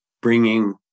bringing